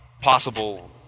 possible